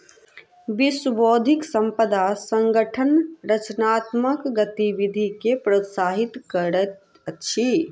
विश्व बौद्धिक संपदा संगठन रचनात्मक गतिविधि के प्रोत्साहित करैत अछि